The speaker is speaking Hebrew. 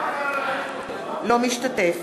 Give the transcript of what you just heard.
אינו משתתף